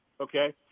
okay